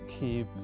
keep